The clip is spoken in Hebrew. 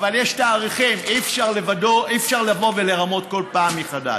אבל יש תאריכים, אי-אפשר לבוא ולרמות כל פעם מחדש.